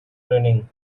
training